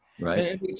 Right